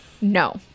no